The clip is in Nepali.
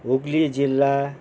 हुगली जिल्ला